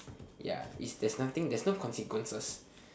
ya it's there's nothing there's no consequences